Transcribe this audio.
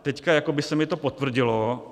Teď jako by se mi to potvrdilo.